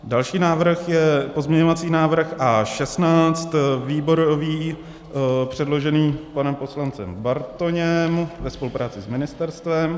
Další návrh je pozměňovací návrh A16, výborový, předložený panem poslancem Bartoněm ve spolupráci s ministerstvem.